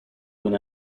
when